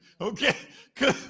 Okay